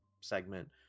segment